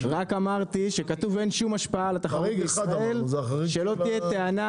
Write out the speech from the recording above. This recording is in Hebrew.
רק אמרתי שכתוב אין שום השפעה על ישראל שלא תהיה טענה